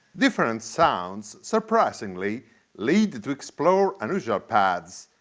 different sounds surprisingly lead to to explore unusual paths,